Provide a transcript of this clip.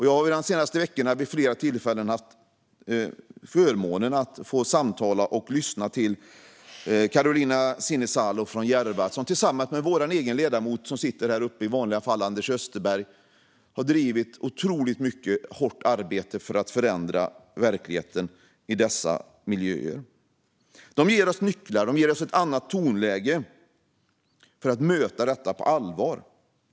Jag har de senaste veckorna vid flera tillfällen haft förmånen att få samtala med och lyssna till Carolina Sinisalo från Järva, som tillsammans med vår egen ledamot Anders Österberg, som sitter här i vanliga fall, har bedrivit ett otroligt hårt arbete för att förändra verkligheten i dessa miljöer. De ger oss nycklar och ett annat tonläge för att möta detta på allvar.